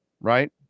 right